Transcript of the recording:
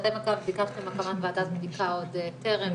שאתם ביקשתם הקמת ועדת בדיקה עוד טרם.